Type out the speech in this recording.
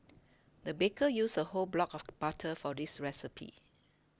the baker used a whole block of butter for this recipe